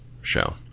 show